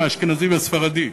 האשכנזי והספרדי.